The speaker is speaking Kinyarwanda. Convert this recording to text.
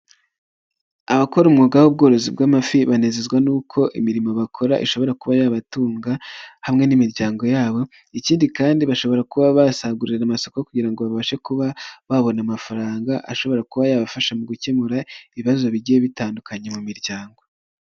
Abakora umwuga w'ubworozi bw'amafi banezezwa n'uko imirimo bakora ishobora kuba yabatunga, hamwe n'imiryango yabo ikindi kandi bashobora kuba basagurira amasoko kugira ngo babashe kuba babona amafaranga ashobora kuba yabafasha mu gukemura ibibazo bigiye bitandukanye mu miryango.